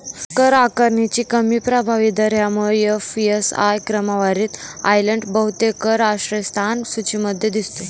कर आकारणीचे कमी प्रभावी दर यामुळे एफ.एस.आय क्रमवारीत आयर्लंड बहुतेक कर आश्रयस्थान सूचीमध्ये दिसतो